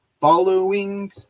following